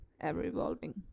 ever-evolving